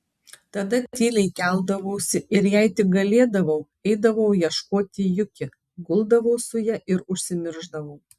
tada tyliai keldavausi ir jei tik galėdavau eidavau ieškoti juki guldavau su ja ir užsimiršdavau